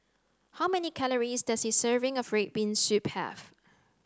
how many calories does a serving of red bean soup have